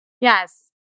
Yes